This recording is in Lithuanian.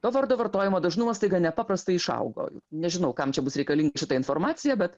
to vardo vartojimo dažnumas staiga nepaprastai išaugo nežinau kam čia bus reikalinga šita informacija bet